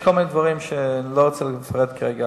יש כל מיני דברים שאני לא רוצה לפרט כרגע.